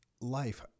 life